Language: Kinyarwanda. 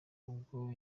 ubwo